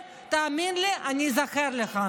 תאמין לי, את המשפט הזה אני אזכור לך.